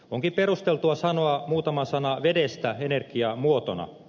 onkin perusteltua sanoa muutama sana vedestä energiamuotona